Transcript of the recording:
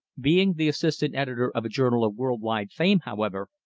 being the assistant editor of a journal of world-wide fame, however,